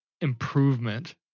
improvement